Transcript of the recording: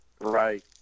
right